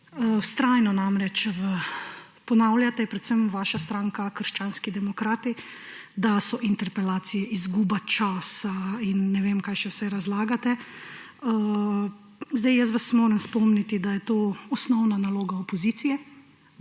Vztrajno namreč ponavljate, predvsem vaša stranka krščanski demokrati, da so interpelacije izguba časa in ne vem, kaj še vse razlagate. Jaz vas moram spomniti, da je to osnovna naloga opozicije,